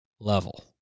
level